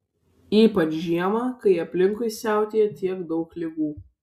ypač žiemą kai aplinkui siautėja tiek daug ligų